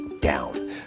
down